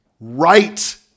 right